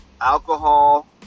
Alcohol